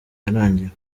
yarangiye